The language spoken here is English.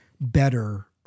better